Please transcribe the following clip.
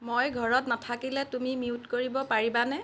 মই ঘৰত নাথাকিলে তুমি মিউট কৰিব পাৰিবানে